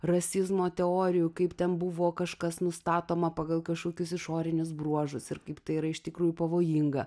rasizmo teorijų kaip ten buvo kažkas nustatoma pagal kažkokius išorinius bruožus ir kaip tai yra iš tikrųjų pavojinga